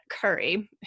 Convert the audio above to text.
Curry